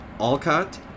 Alcott